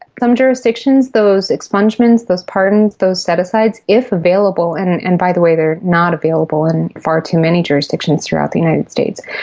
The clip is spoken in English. some jurisdictions, those expungements, those pardons, those set-asides, if available, and, and by the way, they are not available in far too many jurisdictions throughout the united states,